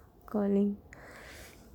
calling